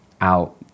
out